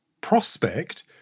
prospect